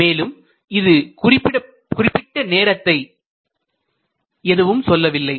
மேலும் இது குறிப்பிட்ட நேரத்தை எதுவும் சொல்லவில்லை